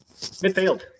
midfield